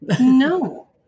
No